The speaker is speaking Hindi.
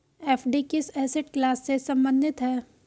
एफ.डी किस एसेट क्लास से संबंधित है?